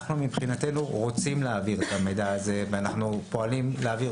מבחינתנו אנחנו רוצים להעביר את המידע הזה ואנחנו פועלים להעביר